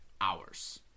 Hours